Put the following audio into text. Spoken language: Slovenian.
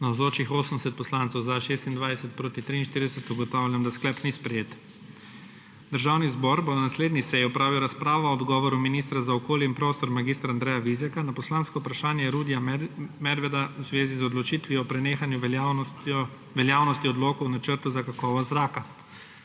43. (Za je glasovalo 26.) (Proti 43.) Ugotavljam, da sklep ni sprejet. Državni zbor bo na naslednji seji opravil razpravo o odgovoru ministra za okolje in prostor mag. Andreja Vizjaka na poslansko vprašanje Rudija Medveda v zvezi z odločitvijo o prenehanju veljavnosti odloka o načrtu za kakovost zraka.